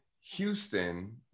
Houston